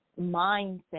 mindset